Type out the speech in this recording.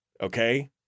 okay